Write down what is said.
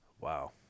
Wow